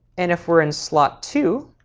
and if we're in slot two,